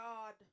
God